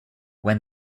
when